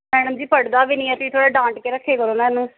madam ji ਪੜ੍ਹਦਾ ਵੀ ਨਹੀਂ ਹੈ ਤੁਸੀਂ ਥੋੜ੍ਹਾ ਡਾਂਟ ਕੇ ਰੱਖਿਆ ਕਰੋ ਨਾ ਇਹਨੂੰ